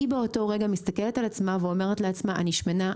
היא באותו רגע מסתכלת על עצמה ואומרת לעצמה: אני שמנה,